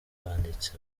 banditse